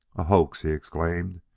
a hoax! he exclaimed,